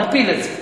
נפיל את זה.